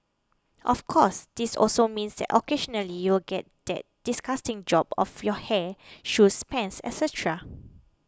of course this also means that occasionally you'll get that disgusting job of your hair shoes pants etcetera